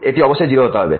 এটি অবশ্যই 0 হতে হবে